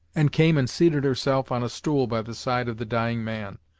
and came and seated herself on a stool by the side of the dying man,